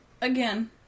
again